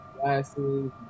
glasses